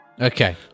Okay